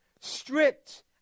stripped